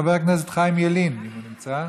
חבר הכנסת חיים ילין, אם הוא נמצא.